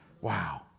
Wow